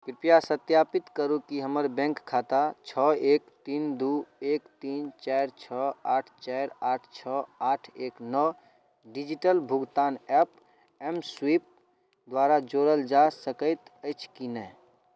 कृपया सत्यापित करु कि हमर बैंक खाता छओ एक तीन दू एक तीन चारि छओ आठ चारि आठ छओ आठ एक नओ डिजिटल भुगतान ऐप एम स्वाइप द्वारा जोड़ल जा सकैत अछि कि नहि